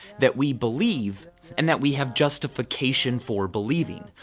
that we believe and that we have justification for believing.